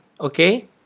Okay